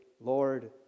Lord